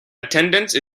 attendance